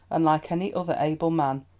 and like any other able man,